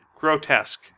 Grotesque